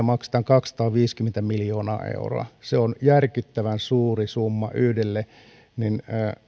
maksetaan kaksisataaviisikymmentä miljoonaa euroa se on järkyttävän suuri summa